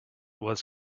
was